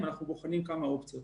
זה החוק וזו המציאות.